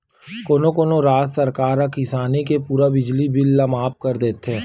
कोनो कोनो राज सरकार ह किसानी के पूरा बिजली बिल ल माफ कर देथे